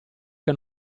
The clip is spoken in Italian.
che